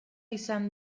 izan